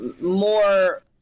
more